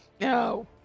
No